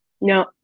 No